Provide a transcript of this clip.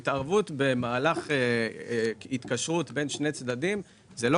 התערבות במהלך התקשרות בין שני צדדים זה לא